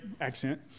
accent